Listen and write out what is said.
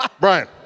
Brian